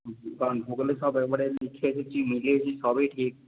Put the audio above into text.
কারণ ভূগোলে সব একেবারে লিখে এসেছি মিলিয়ে দেখি সবই ঠিক